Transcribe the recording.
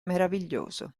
meraviglioso